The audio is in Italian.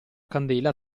candela